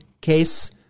case